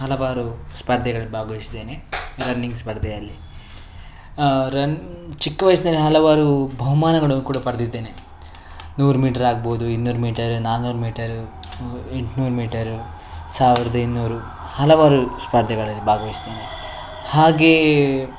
ಹಲವಾರು ಸ್ಪರ್ಧೆಗಳಲ್ಲಿ ಭಾಗವಹಿಸಿದ್ದೇನೆ ರನ್ನಿಂಗ್ ಸ್ಪರ್ಧೆಯಲ್ಲಿ ರನ್ ಚಿಕ್ಕ ವಯಸ್ಸಿನಲ್ಲಿ ಹಲವಾರು ಬಹುಮಾನಗಳನ್ನು ಕೂಡ ಪಡೆದಿದ್ದೇನೆ ನೂರು ಮೀಟರ್ ಆಗ್ಬೋದು ಇನ್ನೂರು ಮೀಟರ್ ನಾಲ್ಕುನೂರು ಮೀಟರ್ ಎಂಟುನೂರು ಮೀಟರ್ ಸಾವಿರದ ಇನ್ನೂರು ಹಲವಾರು ಸ್ಪರ್ಧೆಗಳಲ್ಲಿ ಭಾಗವಹಿಸ್ತೇನೆ ಹಾಗೆ